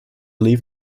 leave